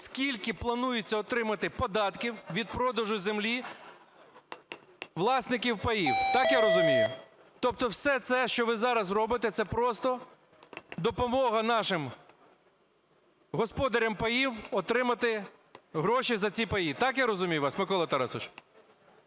скільки планується отримати податків від продажу землі власників паїв. Так, я розумію? Тобто все це, що ви зараз зробите, це просто допомога нашим господарям паїв отримати гроші за ці паї. Так, я розумію вас, Миколо Тарасовичу?